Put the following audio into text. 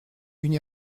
une